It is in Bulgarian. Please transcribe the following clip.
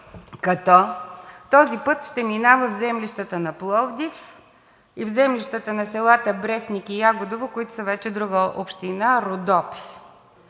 Този път ще минава в землищата на Пловдив и в землищата на селата Брестник и Ягодово, които са вече друга община – Родопи.